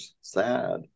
sad